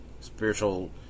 spiritual